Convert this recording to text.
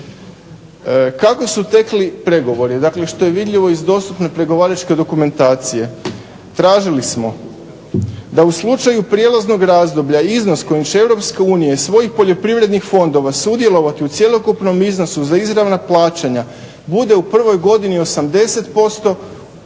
Kako su tekli pregovori, što je vidljivo iz dostupne pregovaračke dokumentacije, tražili smo da u slučaju prijelaznog razdoblja da iznos kojim će Europska unija iz svojih poljoprivrednih fondova sudjelovati u cjelokupnom iznosu za izravna plaćanja bude u prvoj godini 80%, u drugoj